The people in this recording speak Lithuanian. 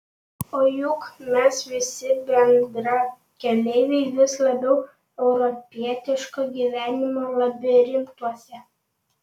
o juk mes visi bendrakeleiviai vis labiau europietiško gyvenimo labirintuose